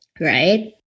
right